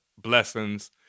blessings